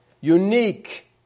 unique